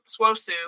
SWOSU